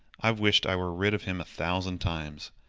i've wished i were rid of him a thousand times.